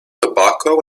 tobacco